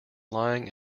lying